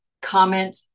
Comment